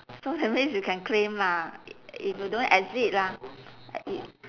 so that means you can claim lah i~ if you don't exceed lah i~